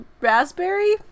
raspberry